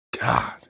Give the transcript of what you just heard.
God